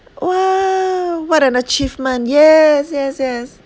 !wow! what an achievement yes yes yes